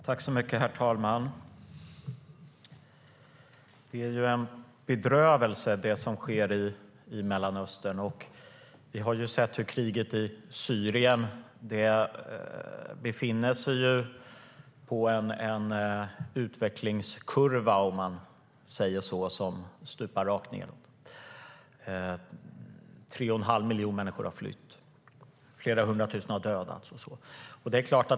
Herr talman! Det som sker i Mellanöstern är en bedrövelse. Vi har sett hur kriget i Syrien befinner sig på en utvecklingskurva, om man säger så, som stupar rakt nedåt. 3 1⁄2 miljon människor har flytt, och flera hundra tusen har dödats.